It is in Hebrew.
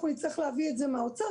אנחנו נצטרך להביא את זה מהאוצר,